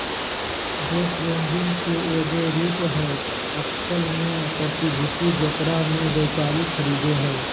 day trading के एगो रूप हइ अटकल में प्रतिभूति जेकरा में व्यापारी खरीदो हइ